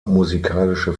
musikalische